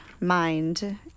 mind